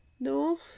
No